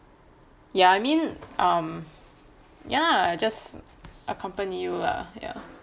ya I mean um ya just accompany you lah